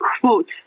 quote